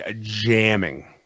jamming